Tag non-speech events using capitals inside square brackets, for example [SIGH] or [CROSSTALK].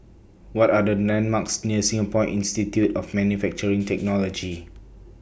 What Are The landmarks near Singapore Institute of Manufacturing [NOISE] Technology